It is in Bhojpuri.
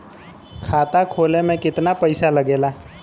खाता खोले में कितना पईसा लगेला?